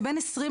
שבין 2020